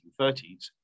1930s